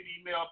email